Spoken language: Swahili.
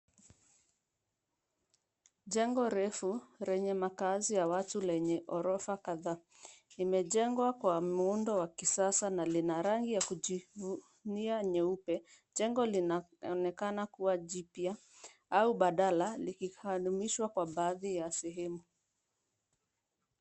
Jengo refu lenye makazi ya watu lenye ghorofa kadhaa. Limejengwa kwa muundo wa kisasa na lina rangi ya kujivunia nyeupe. Jengo linaonekana kua jipya au badala likibadilishwa kwa baadhi ya sehemu.